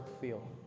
feel